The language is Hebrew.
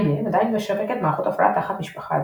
IBM עדיין משווקת מערכות הפעלה תחת משפחה זו.